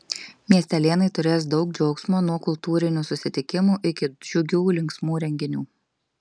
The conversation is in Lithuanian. miestelėnai turės daug džiaugsmo nuo kultūrinių susitikimų iki džiugių linksmų renginių